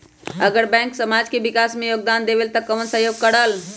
अगर बैंक समाज के विकास मे योगदान देबले त कबन सहयोग करल?